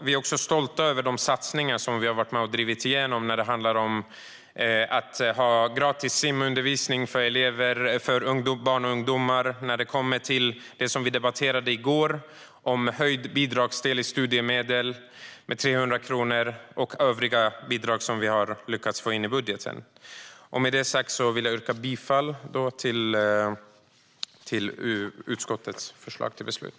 Vi är också stolta över de satsningar som vi har varit med om att driva igenom när det handlar om gratis simundervisning för ungdomar och om - det som vi debatterade i går - höjd bidragsdel i studiemedel med 300 kronor och om övriga bidrag som vi har lyckats att få med i budgeten. Med detta sagt vill jag yrka bifall till utskottets förslag till beslut.